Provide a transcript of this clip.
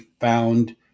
found